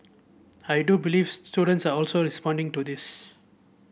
and I do believe students are also responding to this